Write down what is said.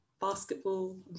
basketball